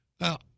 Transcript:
Now